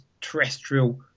terrestrial